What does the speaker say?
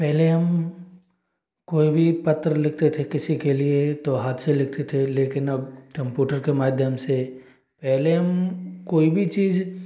पहले हम कोई भी पत्र लिखते थे किसी के लिए तो हाथ से लिखते थे लेकिन अब कंपूटर के माध्यम से पहले हम कोई भी चीज